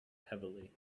heavily